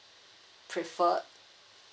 prefer